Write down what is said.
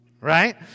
right